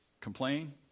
Complain